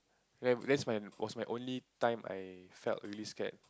when that's my was my only time I felt really scared